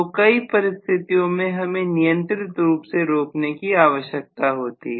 तो कई परिस्थितियों में हमें नियंत्रित रूप से रोकने की आवश्यकता है